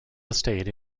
estate